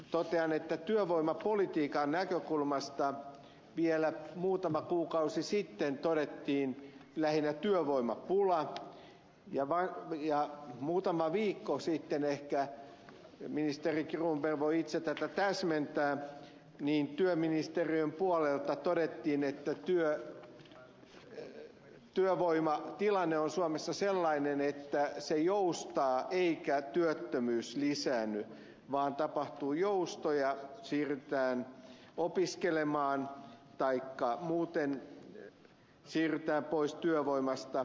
totean että työvoimapolitiikan näkökulmasta vielä muutama kuukausi sitten todettiin lähinnä työvoimapula ja muutama viikko sitten ehkä ministeri cronberg voi itse tätä täsmentää työministeriön puolelta todettiin että työvoimatilanne on suomessa sellainen että se joustaa eikä työttömyys lisäänny vaan tapahtuu joustoja siirrytään opiskelemaan taikka muuten siirrytään pois työvoimasta